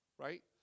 right